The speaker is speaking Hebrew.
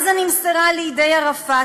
עזה נמסרה לידי ערפאת.